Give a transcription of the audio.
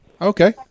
Okay